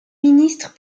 ministre